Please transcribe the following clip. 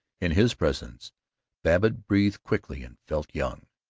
in his presence babbitt breathed quickly and felt young.